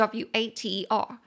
water